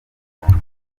burundu